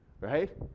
Right